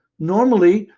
normally,